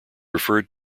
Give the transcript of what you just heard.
referred